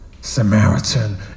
Samaritan